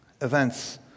events